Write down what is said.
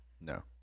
No